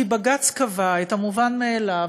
כי בג"ץ קבע את המובן מאליו,